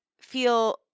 feel